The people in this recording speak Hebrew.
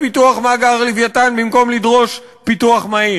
פיתוח מאגר "לווייתן" במקום לדרוש פיתוח מהיר.